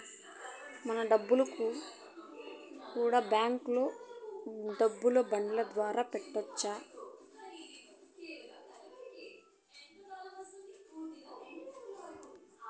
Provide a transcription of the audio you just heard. మన డబ్బులు కూడా బ్యాంకులో డబ్బు బాండ్ల ద్వారా పెట్టొచ్చు